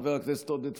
חבר הכנסת עודד פורר,